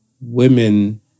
women